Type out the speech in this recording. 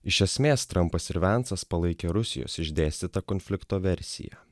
iš esmės trampas ir vencas palaikė rusijos išdėstytą konflikto versiją